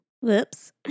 Whoops